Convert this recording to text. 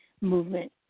movement